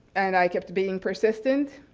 and i kept being persistent.